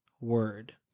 word